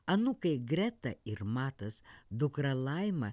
anūkai greta ir matas dukra laima